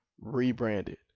rebranded